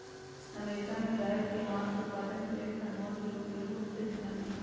America में गायके मास उत्पादन के लेल हार्मोन के उपयोग बहुत चलनमें हइ